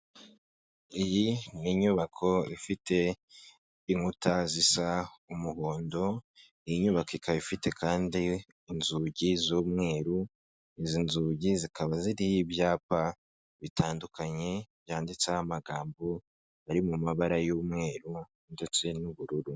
iyi ni inyubako ifite inkuta zisa umuhondo, iyi nyubako ikaba ifite kandi inzugi z'umweru, izi nzugi zikaba ziriho ibyapa bitandukanye byanditseho amagambo ari mu mabara y'umweru ndetse n'ubururu.